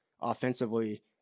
offensively